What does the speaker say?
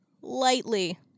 lightly